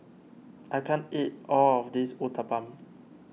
I can't eat all of this Uthapam